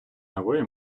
нової